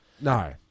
no